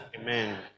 Amen